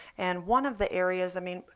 and one of the areas, i mean,